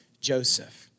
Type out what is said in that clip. Joseph